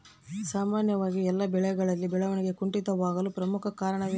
ಸಾಮಾನ್ಯವಾಗಿ ಎಲ್ಲ ಬೆಳೆಗಳಲ್ಲಿ ಬೆಳವಣಿಗೆ ಕುಂಠಿತವಾಗಲು ಪ್ರಮುಖ ಕಾರಣವೇನು?